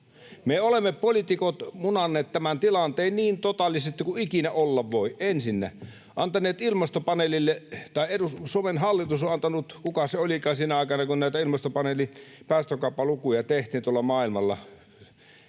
Ei ole!] Me poliitikot olemme munanneet tämän tilanteen niin totaalisesti kuin ikinä olla voi. Ensinnä olemme antaneet ilmastopaneelille — tai Suomen hallitus on antanut, kuka se olikaan sinä aikana, kun näitä ilmastopaneelin päästökauppalukuja tehtiin tuolla maailmalla